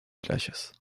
playas